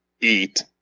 eat